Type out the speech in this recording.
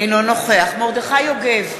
אינו נוכח מרדכי יוגב,